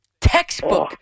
textbook